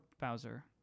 Bowser